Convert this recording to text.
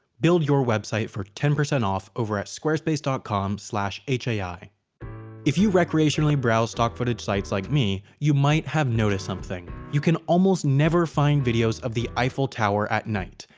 build your website for ten percent off over at squarespace com hai. if you recreationally browse stock footage sites like me, you might have noticed something you can almost never find videos of the eiffel tower at night,